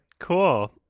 Cool